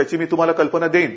त्याची मी तुम्हाला कल्पना देईल